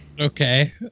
okay